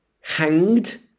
hanged